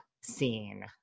scene